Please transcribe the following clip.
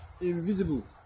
invisible